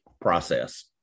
process